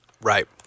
Right